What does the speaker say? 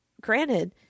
granted